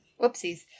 Whoopsies